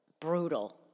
brutal